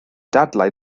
dadlau